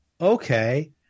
okay